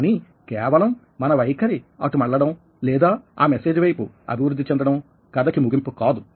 కానీ కేవలం మన వైఖరి అటు మళ్ళడం లేదా ఆ మెసేజ్ వైపు అభివృద్ధి చెందడం కథ కి ముగింపు కాదు